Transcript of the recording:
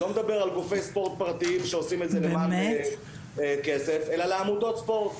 לא מדבר על גופי ספורט פרטיים שעושים את זה למען כסף אלא לעמותות ספורט,